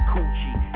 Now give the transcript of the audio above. Coochie